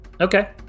okay